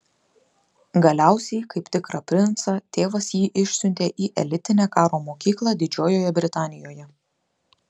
galiausiai kaip tikrą princą tėvas jį išsiuntė į elitinę karo mokyklą didžiojoje britanijoje